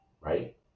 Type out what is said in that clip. right